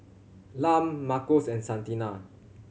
Lum Marcos and Santina